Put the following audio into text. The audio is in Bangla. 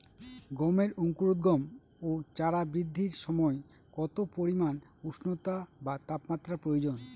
গমের অঙ্কুরোদগম ও চারা বৃদ্ধির সময় কত পরিমান উষ্ণতা বা তাপমাত্রা প্রয়োজন?